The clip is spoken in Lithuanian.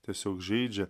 tiesiog žeidžia